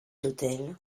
l’hôtel